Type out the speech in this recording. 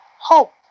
hope